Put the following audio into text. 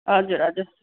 हजुर हजुर